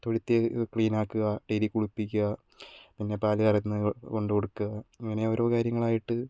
തൊഴുത്ത് ക്ലീൻ ആക്കുക ഡെയ്ലി കുളിപ്പിക്കുക പിന്നെ പാലുകറന്ന് കൊണ്ടുകൊടുക്കുക അങ്ങനെ ഓരോ കാര്യങ്ങളായിട്ട്